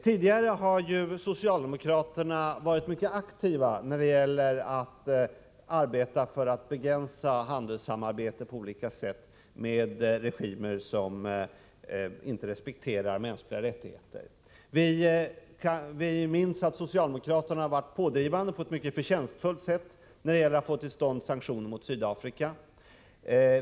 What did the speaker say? Tidigare har socialdemokraterna varit mycket aktiva när det gäller att arbeta för att begrärisa handelssamarbetet på olika sätt med regimer som inte respekterar mänskliga rättigheter. Vi minns att socialdemokraterna varit pådrivande, på ett mycket förtjänstfullt sätt, när det gäller att få till stånd sanktioner mot Sydafrika.